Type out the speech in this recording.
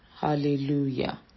Hallelujah